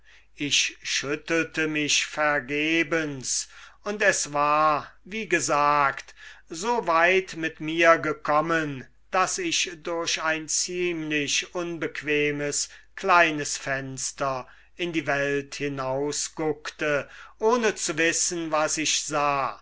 ich schüttelte mich vergebens und es war wie gesagt so weit mit mir gekommen daß ich durch ein ziemlich unbequemes kleines fenster in die welt hinaus guckte ohne zu wissen was ich sah